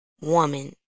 woman